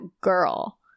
girl